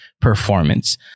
performance